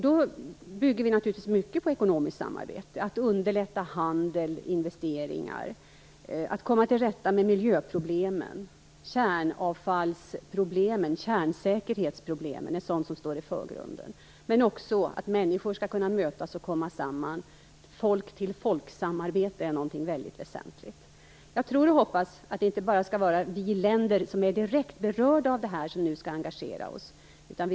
Det bygger naturligtvis mycket på ekonomiskt samarbete, på att underlätta handel och investeringar samt på att komma till rätta med miljöproblemen och med kärnsäkerhetsproblemen. Det är sådant som står i förgrunden. Människor skall kunna mötas och komma samman. Folk till folk-samarbete är någonting väldigt väsentligt. Jag tror och hoppas att det inte bara är vi i de länder som är direkt berörda som nu skall engagera oss.